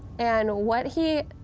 and what he,